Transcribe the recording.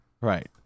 Right